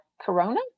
Corona